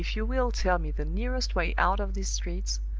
if you will tell me the nearest way out of these streets,